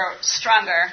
stronger